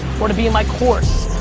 or to be in my course,